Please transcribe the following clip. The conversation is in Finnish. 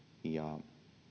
ja